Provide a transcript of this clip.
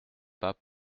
pas